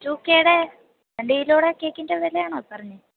to K യുടെ രണ്ട് കിലോയുടെ കേക്കിൻ്റെ വിലയാണോ ഈ പറഞ്ഞത്